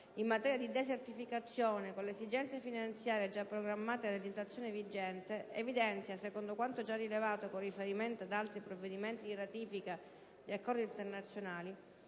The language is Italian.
in materia di desertificazione, con le esigenze finanziarie già programmate a legislazione vigente, evidenzia, secondo quanto già rilevato con riferimento ad altri provvedimenti di ratifica di accordi internazionali,